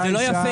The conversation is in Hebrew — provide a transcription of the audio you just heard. זה לא יפה.